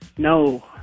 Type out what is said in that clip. no